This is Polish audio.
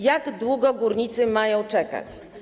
Jak długo górnicy mają czekać?